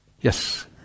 Yes